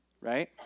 right